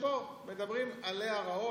שבו מדברים עליה רעות,